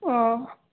অঁ